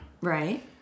right